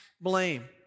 blame